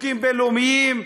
בחוקים בין-לאומיים,